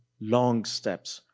long steps,